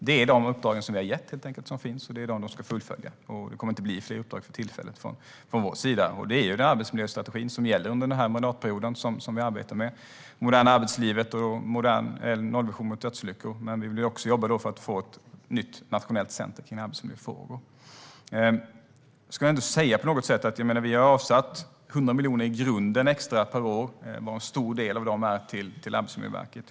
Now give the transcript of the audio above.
Det är de uppdrag som vi har gett som finns, och det är dem man ska fullfölja. Det kommer inte att bli fler för tillfället från vår sida. Det är arbetsmiljöstrategin som gäller under den här mandatperioden som vi arbetar med - det moderna arbetslivet och en nollvision mot dödsolyckor - men vi vill också jobba för att få ett nytt nationellt center för arbetsmiljöfrågor. Vi har avsatt 100 miljoner extra per år i grunden, varav en stor del är till Arbetsmiljöverket.